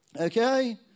okay